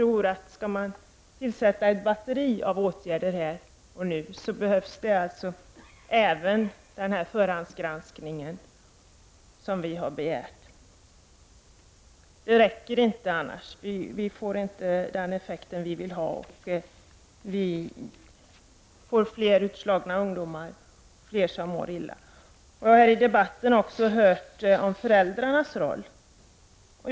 Om ett batteri av åtgärder skall sättas in här och nu, behövs det även en förhandsgranskning, som miljöpartiet har begärt. Dessa åtgärder räcker inte annars — de får inte den önskade effekten, utan fler ungdomar blir utslagna och mår illa. Man har också i debatten talat om föräldrarnas roll.